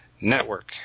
Network